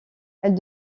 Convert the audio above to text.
elles